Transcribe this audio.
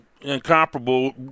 Incomparable